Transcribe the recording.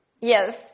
Yes